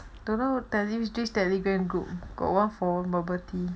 don't know tele with this telegram group got one for one bubble tea